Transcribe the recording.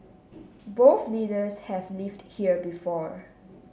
both leaders have lived here before